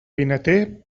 vinater